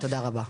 תודה רבה.